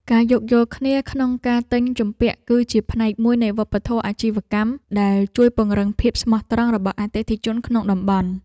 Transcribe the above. ការយោគយល់គ្នាក្នុងការទិញជំពាក់ គឺជាផ្នែកមួយនៃវប្បធម៌អាជីវកម្មដែលជួយពង្រឹងភាពស្មោះត្រង់របស់អតិថិជនក្នុងតំបន់។